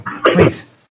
Please